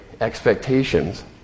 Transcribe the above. expectations